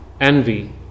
envy